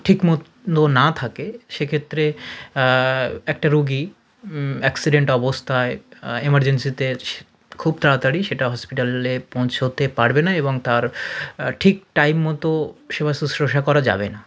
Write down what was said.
ঠিক মতো না থাকে সেক্ষেত্রে একটা রোগী অ্যাক্সিডেন্ট অবস্থায় এমারজেন্সিতে সে খুব তাড়াতাড়ি সেটা হসপিটালে পৌঁছতে পারবে না এবং তার ঠিক টাইম মতো সেবা শুশ্রূষা করা যাবে না